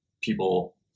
people